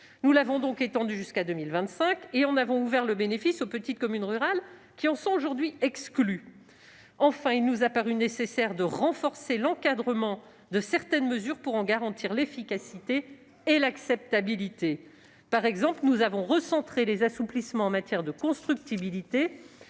Nous l'avons donc prolongé jusqu'à 2025 et en avons ouvert le bénéfice aux petites communes rurales, qui en sont à ce jour exclues. Enfin, il nous a paru nécessaire de renforcer l'encadrement de certaines mesures pour en garantir l'efficacité et l'acceptabilité. Par exemple, nous avons recentré les assouplissements en matière de constructibilité